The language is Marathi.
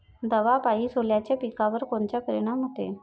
दवापायी सोल्याच्या पिकावर कोनचा परिनाम व्हते?